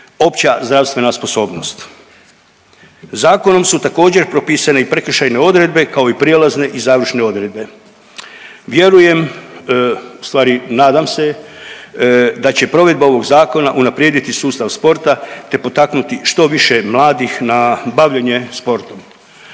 opća zdravstvena sposobnost. Zakonom su također propisane i prekršajne odredbe kao i prijelazne i završne odredbe. Vjerujem ustvari nadam se da će provedba ovog zakona unaprijediti sustav sporta te potaknuti što više mladih na bavljenje sportom.